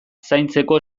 zaintzeko